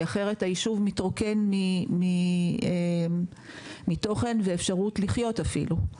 כי אחרת היישוב מתרוקן מתוכן ומאפשרות לחיות אפילו.